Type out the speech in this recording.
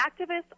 activists